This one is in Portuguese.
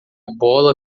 bola